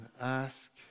ask